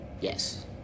Yes